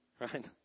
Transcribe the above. right